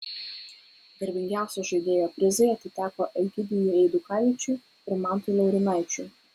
garbingiausio žaidėjo prizai atiteko egidijui eidukaičiui ir mantui laurynaičiui